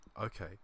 Okay